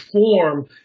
form